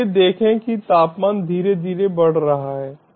इसलिए देखें कि तापमान धीरे धीरे बढ़ रहा है